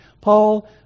Paul